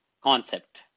concept